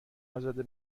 ازاده